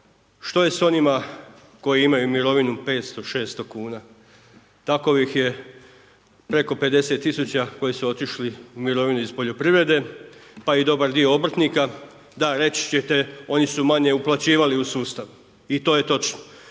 što je s onima koji imaju mirovinu 500, 600 kuna? Takvih je preko 50 tisuća koje su otišli u mirovinu iz poljoprivrede, pa i dobar dio obrtnika. Da, reći ćete oni su manje uplaćivali u sustav i to je točno.